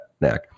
neck